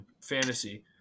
fantasy